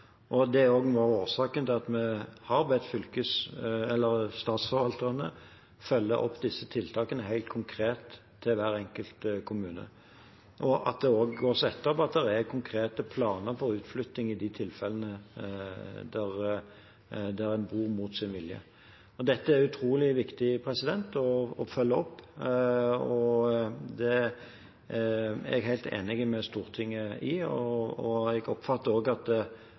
Det er også noe av årsaken til at vi har bedt statsforvalterne følge opp disse tiltakene helt konkret overfor hver enkelt kommune, og at det også blir ettergått at det er konkrete planer for utflytting i de tilfellene der en bor på institusjon mot sin vilje. Dette er det utrolig viktig å følge opp, det er jeg helt enig med Stortinget i. Jeg oppfatter også at det